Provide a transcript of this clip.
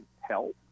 help